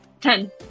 ten